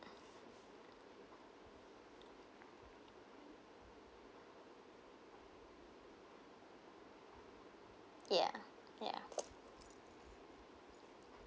ya ya